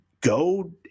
Go